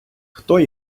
хто